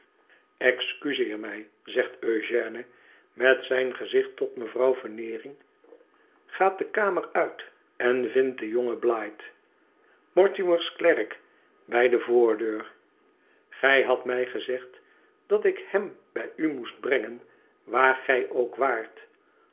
excuseer mij zegt eugène met zijn gezicht tot mevrouw veneering gaat de kamer uit en vindt den jongen blight mortimer's klerk bij de voordeur gij hadt mij gezegd dat ik hem bij u moest brengen waar gij ook waart